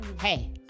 Hey